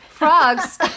Frogs